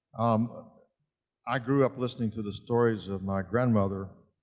um i grew up listening to the stories of my grandmother,